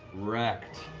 wrecked.